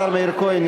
השר מאיר כהן,